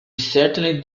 certainly